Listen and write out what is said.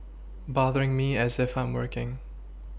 bothering me as if I'm working